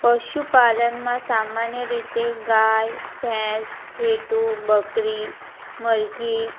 પશુપાલનમાં સામાન્ય રીતે ગાય ભેંસ ઘેટું બકરી મરઘી